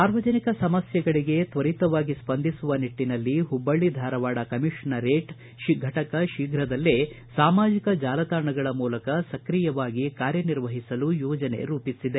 ಸಾರ್ವಜನಿಕರ ಸಮಸ್ಥೆಗಳಿಗೆ ತ್ವರಿತವಾಗಿ ಸ್ವಂದಿಸುವ ನಿಟ್ಟನಲ್ಲಿ ಹುಬ್ಬಳ್ಳಿ ಧಾರವಾಡ ಕಮಿಷನರೇಟ್ ಫಟಕ ಶೀಘದಲ್ಲೇ ಸಾಮಾಜಿಕ ಜಾಲತಾಣಗಳ ಮೂಲಕ ಸಕ್ರಿಯವಾಗಿ ಕಾರ್ಯ ನಿರ್ವಹಿಸಲು ಯೋಜನೆ ರೂಪಿಸಿದೆ